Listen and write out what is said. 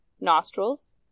nostrils